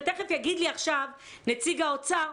ותיכף יגיד לי נציג האוצר,